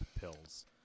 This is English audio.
pills